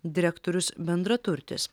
direktorius bendraturtis